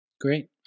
Great